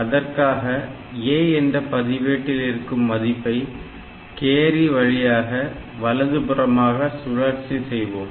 அதற்காக A என்ற பதிவேட்டில் இருக்கும் மதிப்பை கேரி வழியாக வலது புறமாக சுழற்சி செய்வோம்